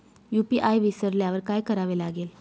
UPI विसरल्यावर काय करावे लागेल?